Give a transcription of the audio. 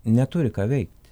neturi ką veikt